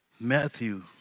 Matthew